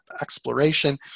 exploration